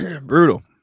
Brutal